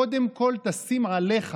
קודם כול תשים עליך